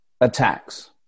attacks